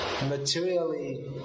materially